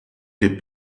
des